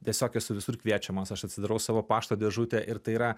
tiesiog esu visur kviečiamas aš atsidarau savo pašto dėžutę ir tai yra